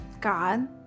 God